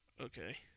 okay